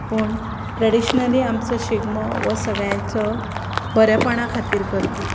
पूण ट्रेडिशनली आमचो शिगमो हो सगळ्यांचो बरेपणा खातीर करता